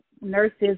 nurses